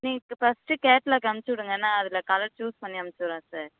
நீங்கள் first catalogue அமிச்சிவுடுங்க நான் அதில் கலர் சூஸ் பண்ணி அமிச்சிவுட்றேன் சார்